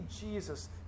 Jesus